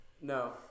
No